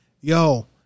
Yo